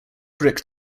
brick